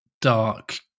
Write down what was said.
dark